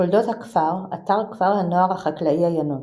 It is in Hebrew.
תולדות הכפר, אתר כפר הנוער החקלאי עיינות.